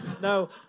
No